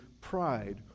pride